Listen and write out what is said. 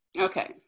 Okay